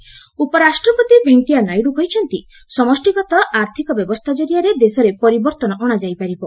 Naidu PNB ଉପରାଷ୍ଟ୍ରପତି ଭେଙ୍କିୟା ନାଇଡୁ କହିଛନ୍ତି ସମଷ୍ଟିଗତ ଆର୍ଥକ ବ୍ୟବସ୍ଥା ଜରିଆରେ ଦେଶରେ ପରିବର୍ତ୍ତନ ଅଣାଯାଇପାରିବ